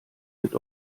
mit